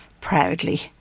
proudly